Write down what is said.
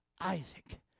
Isaac